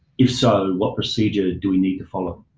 if so, what procedure do we need to follow?